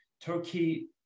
Turkey